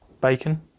Bacon